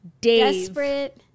Desperate